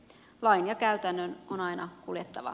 lain ja käytännön on aina kuljettava